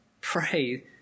pray